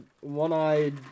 one-eyed